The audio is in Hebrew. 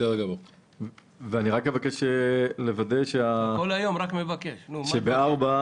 אבקש לוודא שב-(4),